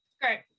Great